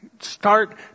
Start